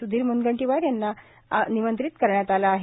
स्धीर म्नगंटीवार यांना निमंत्रित करण्यात आलं आहे